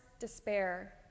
despair